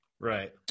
Right